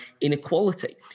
inequality